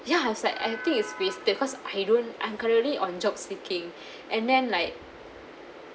ya I was like I think it's wasted because don't I'm currently on job seeking and then like